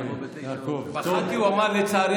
הוא אמר "לצערי",